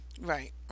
Right